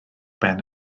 ben